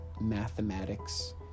mathematics